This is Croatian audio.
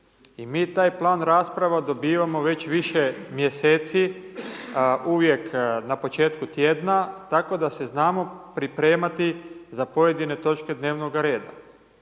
I mi taj plan rasprava dobivamo već više mjeseci. Uvijek na početku tjedna tako da se znamo pripremati za pojedine točke dnevnoga reda.